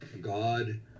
God